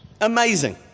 Amazing